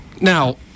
Now